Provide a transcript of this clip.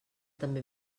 també